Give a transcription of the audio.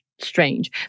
strange